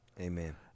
Amen